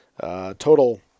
Total